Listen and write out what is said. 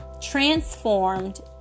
transformed